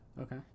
Okay